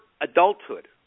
adulthood